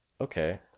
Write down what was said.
okay